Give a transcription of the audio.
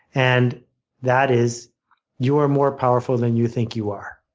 and that is you are more powerful than you think you are